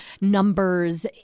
numbers